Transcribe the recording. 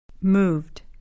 Moved